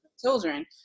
children